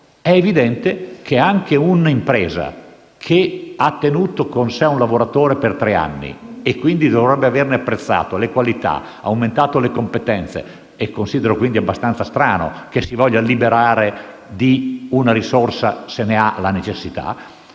è evidente che un'impresa che avesse tenuto con sé un lavoratore per tre anni (e quindi dovrebbe averne apprezzato le qualità, aumentato le competenze e considererei abbastanza strano che si volesse liberare di questa risorsa se ne avesse la necessità)